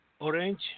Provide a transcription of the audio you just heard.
Orange